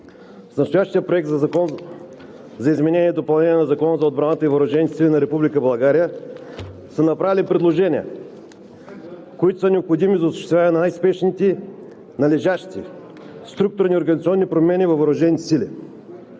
С настоящия Проект за Закон за изменение и допълнение на Закона за отбраната и въоръжените сили на Република България са направени предложения, които са необходими за осъществяване на най-спешните, належащи структурни и организационни промени във въоръжените сили.